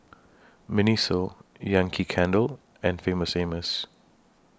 Miniso Yankee Candle and Famous Amos